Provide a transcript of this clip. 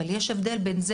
אבל יש הבדל בין זה,